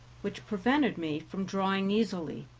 which prevented me from drawing easily,